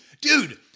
dude